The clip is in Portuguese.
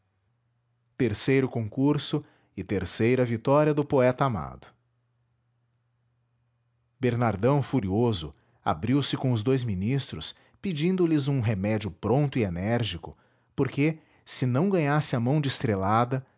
terceiro concurso e terceira vitória do poeta amado bernardão furioso abriu-se com os dous ministros pedindo lhes um remédio pronto e enérgico porque se não ganhasse a mão de estrelada